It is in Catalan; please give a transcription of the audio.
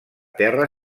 terra